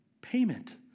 payment